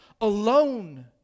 alone